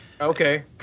Okay